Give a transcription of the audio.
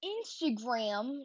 Instagram